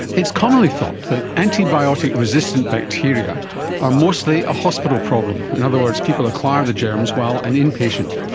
it's commonly thought that antibiotic resistant bacteria are mostly a hospital problem. in other words, people acquire the germs while an inpatient.